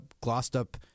glossed-up